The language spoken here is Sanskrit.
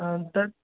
आं तत्